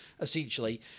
essentially